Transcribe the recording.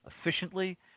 efficiently